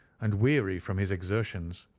and weary from his exertions,